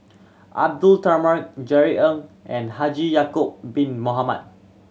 Abdullah Tarmugi Jerry Ng and Haji Ya'acob Bin Mohamed